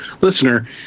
listener